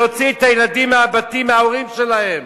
להוציא את הילדים מההורים שלהם.